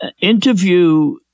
interview